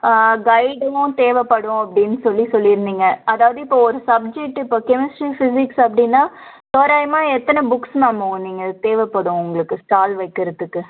கைடும் தேவைப்படும் அப்படினு சொல்லி சொல்லிருந்திங்க அதாவது இப்போ ஒரு சப்ஜெக்ட்டு இப்போ கெமிஸ்ட்ரி பிஸிக்ஸ் அப்படினா தோராயமாக எத்தனை புக்ஸ் மேம் தேவைப்படும் உங்களுக்கு ஸ்டால் வைக்கிறதுக்கு